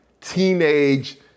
teenage